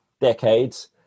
decades